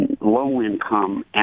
low-income